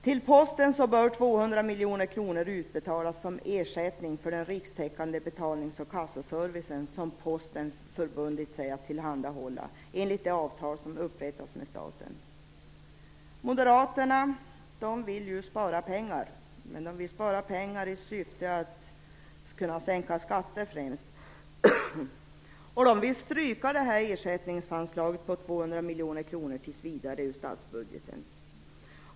Till Posten bör 200 miljoner kronor utbetalas som ersättning för den rikstäckande betalnings och kassaservice som Posten förbundit sig att tillhandahålla enligt det avtal som har upprättats med staten. Moderaterna vill spara pengar främst i syfte att kunna sänka skatter. De vill stryka ersättningsanslaget på 200 miljoner kronor tills vidare ur statsbudgeten.